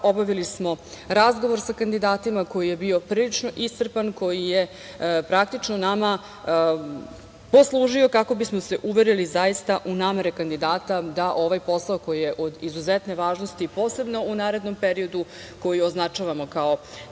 obavili smo razgovor sa kandidatima koji je bio prilično iscrpan, koji je praktično nama poslužio kako bismo se uverili zaista u namere kandidata da ovaj posao, koji je od izuzetne važnosti, posebno u narednom periodu koji označavamo kao